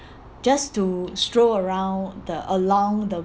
just to stroll around the along the